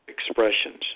expressions